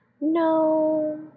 No